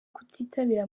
kutitabira